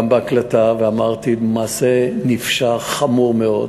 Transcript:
גם בהקלטה, ואמרתי, מעשה נפשע, חמור מאוד.